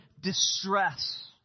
distress